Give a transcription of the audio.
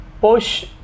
push